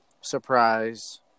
surprise